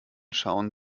schauen